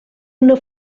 una